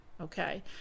okay